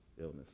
illness